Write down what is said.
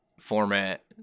format